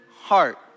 heart